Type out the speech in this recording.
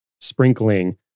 sprinkling